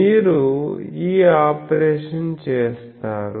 మీరు ఈ ఆపరేషన్ చేస్తారు